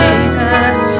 Jesus